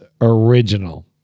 original